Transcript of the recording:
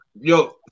yo